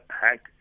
hack